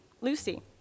Lucy